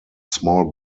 small